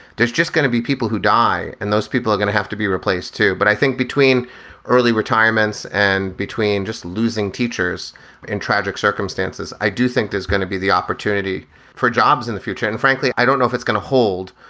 there's just going to be people who die and those people are going to have to be replaced, too. but i think between early retirements and between just losing teachers in tragic circumstances, i do think there's going to be the opportunity for jobs in the future. and frankly, i don't know if it's going to hold.